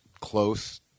close